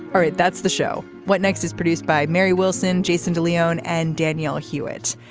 um right. that's the show. what next is produced by mary wilson jason de leon and danielle hewitt.